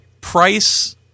price